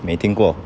没听过